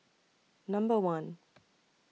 Number one